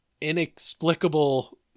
inexplicable